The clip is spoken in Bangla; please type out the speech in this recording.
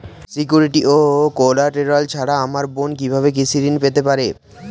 সিকিউরিটি ও কোলাটেরাল ছাড়া আমার বোন কিভাবে কৃষি ঋন পেতে পারে?